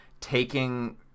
taking